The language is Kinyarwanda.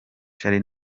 charly